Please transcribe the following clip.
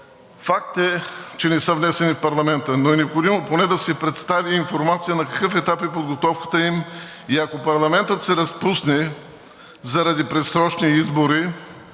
Факт е, че не са внесени в парламента, но е необходимо поне да се представи информация на какъв етап е подготовката им. Ако парламентът се разпусне заради предсрочни избори,